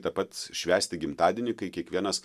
ta pats švęsti gimtadienį kai kiekvienas